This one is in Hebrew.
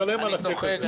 אני משלם על הצ'ק הזה.